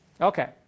Okay